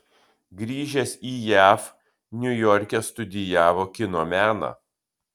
grįžęs į jav niujorke studijavo kino meną